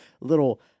little